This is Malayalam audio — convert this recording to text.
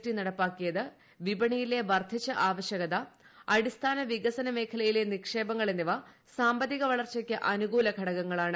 ടി നടപ്പാക്കിയത് വിപണിയിലെ വർദ്ധിച്ച ആവശ്യകത അടിസ്ഥാന വികസന മേഖലയിലെ നിക്ഷേപങ്ങൾ എന്നിവ സാമ്പത്തിക വളർച്ചയ്ക്ക് അനുകൂല ഘടകങ്ങളാണ്